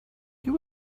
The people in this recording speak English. you